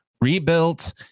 rebuilt